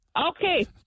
Okay